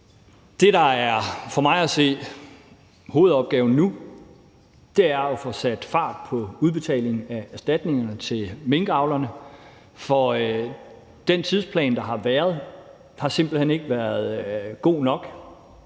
Det, der for mig at se er hovedopgaven nu, er at få sat fart på udbetalingen af erstatningerne til minkavlerne, for den tidsplan, man har haft, har simpelt hen ikke været god nok.